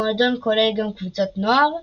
המועדון כולל גם קבוצות נוער,